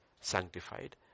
sanctified